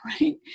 right